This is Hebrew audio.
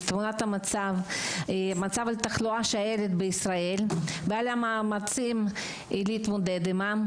תמונת המצב לגבי תחלואת השעלת בישראל ועל המאמצים להתמודד עמה.